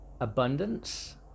abundance